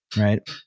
right